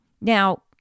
Now